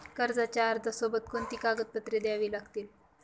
कर्जाच्या अर्जासोबत कोणती कागदपत्रे द्यावी लागतील?